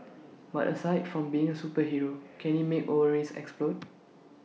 but aside from being A superhero can he make ovaries explode